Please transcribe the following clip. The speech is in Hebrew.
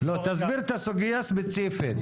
תסביר את הסוגיה הספציפית.